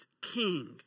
king